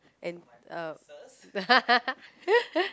and uh the